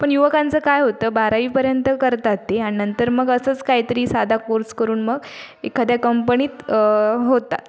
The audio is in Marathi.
पण युवकांचं काय होतं बारावीपर्यंत करतात ते आणि नंतर मग असंच काय तरी साधा कोर्स करून मग एखाद्या कंपनीत होतात